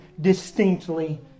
distinctly